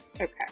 Okay